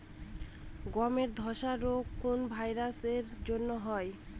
গমের ধসা রোগ কোন ভাইরাস এর জন্য হয়?